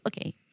okay